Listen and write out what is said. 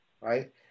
right